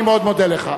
אני מאוד מודה לך.